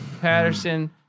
Patterson